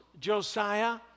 Josiah